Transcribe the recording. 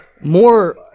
more